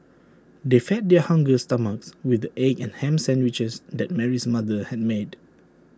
they fed their hungry stomachs with the egg and Ham Sandwiches that Mary's mother had made